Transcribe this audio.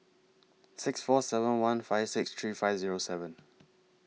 six four seven one five six three five Zero seven